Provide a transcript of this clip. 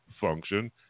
function